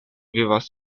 vivas